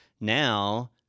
now